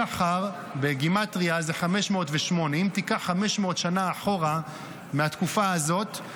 שחר בגימטרייה זה 508. אם תיקח 500 שנה אחורה מהתקופה הזאת,